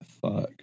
Fuck